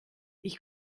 ich